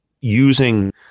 using